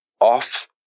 off